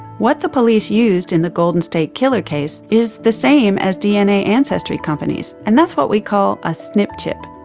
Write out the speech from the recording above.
what the police used in the golden state killer case is the same as dna ancestry companies, and that's what we call a snp chip.